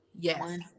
Yes